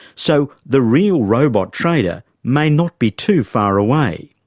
so the real robot trader might not be too far away.